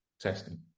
testing